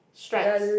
stripes